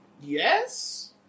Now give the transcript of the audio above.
Yes